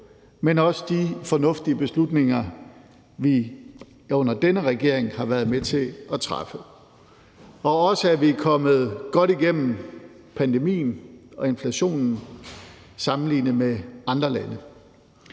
men også de fornuftige beslutninger, vi under denne regering har været med til at træffe – og også, at vi er kommet godt igennem pandemien og inflationen sammenlignet med andre lande.